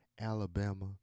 Alabama